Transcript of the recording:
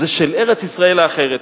זה של ארץ-ישראל האחרת.